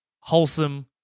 wholesome